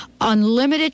unlimited